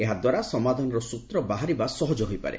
ଏହାଦ୍ୱାରା ସମାଧାନର ସୂତ୍ର ବାହାରିବା ସହଜ ହୋଇପାରେ